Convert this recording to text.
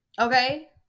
Okay